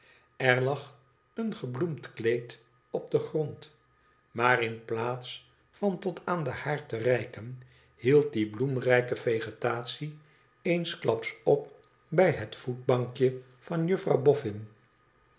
er lag een gebloemd kleed op den grond maar in plaats van tot aan den haard te reiken hield die bloemrijke vegetatie eensklaps op bij het voetbankje van juffrouw boffin